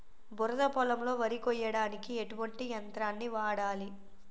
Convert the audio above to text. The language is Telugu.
బురద పొలంలో వరి కొయ్యడానికి ఎటువంటి యంత్రాన్ని వాడాలి?